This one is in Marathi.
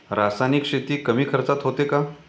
रासायनिक शेती कमी खर्चात होते का?